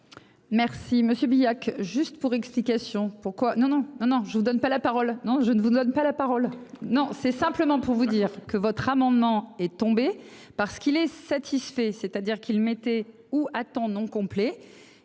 monsieur Billac juste pour explication pourquoi non non non non, je vous donne pas la parole. Non, je ne vous donne pas la parole. Non, c'est simplement pour vous dire que votre amendement. Est tomber parce qu'il est satisfait. C'est-à-dire qu'il mettait ou à temps non complet